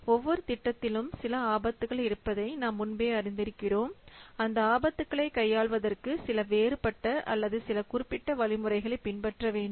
ஒவ்வொரு திட்டத்திலும் சில ஆபத்துக்கள் இருப்பதை நாம் முன்பே அறிந்திருக்கிறோம் அந்த ஆபத்துக்களை கையாள்வதற்கு சில வேறுபட்ட அல்லது சில குறிப்பிட்ட வழிமுறைகளை பின்பற்ற வேண்டும்